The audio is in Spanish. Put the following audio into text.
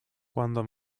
cuando